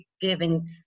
giving